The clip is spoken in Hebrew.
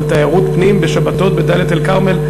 אבל תיירות הפנים בשבתות בדאלית-אל-כרמל,